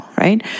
right